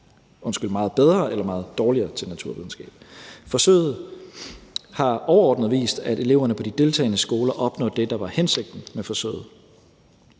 er blevet meget bedre eller meget dårligere til naturvidenskab. Forsøget har overordnet vist, at eleverne på de deltagende skoler opnår det, der var hensigten med forsøget.